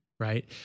Right